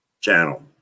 channel